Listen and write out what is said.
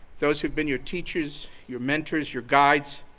those who've been your teachers, your mentors, your guides.